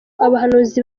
abahanuzi